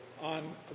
on